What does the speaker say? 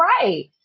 right